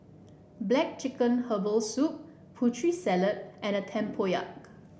black chicken Herbal Soup Putri Salad and Tempoyak